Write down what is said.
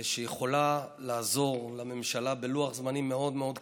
שיכולה לעזור לממשלה, בלוח זמנים מאוד מאוד קצר,